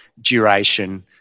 duration